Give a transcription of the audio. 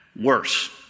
worse